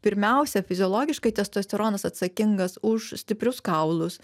pirmiausia fiziologiškai testosteronas atsakingas už stiprius kaulus